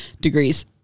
degrees